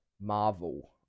Marvel